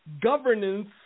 governance